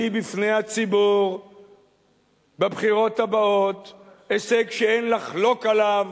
היא תביא בפני הציבור בבחירות הבאות הישג שאין לחלוק עליו